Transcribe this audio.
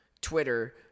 Twitter